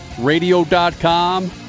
Radio.com